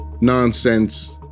nonsense